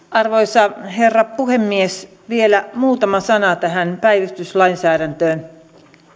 arvoisa herra puhemies vielä muutama sana tähän päivystyslainsäädäntöön